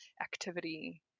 activity